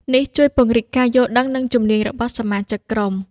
នេះជួយពង្រីកការយល់ដឹង និងជំនាញរបស់សមាជិកក្រុម។